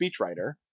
speechwriter